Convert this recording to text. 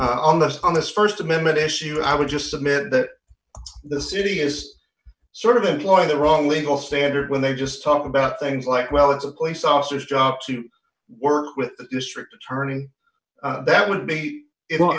but on this on this st amendment issue i would just submit that the city is sort of employing the wrong legal standard when they just talk about things like well it's a place officer's job to work with the district attorney that would be you know